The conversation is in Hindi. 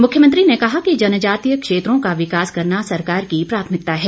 मुख्यमंत्री ने कहा कि जनजातीय क्षेत्रों का विकास करना सरकार की प्राथमिकता है